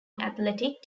athletic